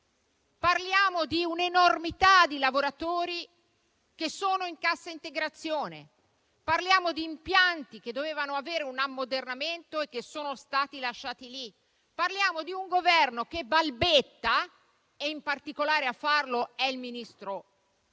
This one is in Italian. Parliamo di un'enormità di lavoratori che sono in cassa integrazione, parliamo di impianti che dovevano avere un ammodernamento e che sono stati lasciati lì. Parliamo di un Governo che balbetta e in particolare a farlo è il ministro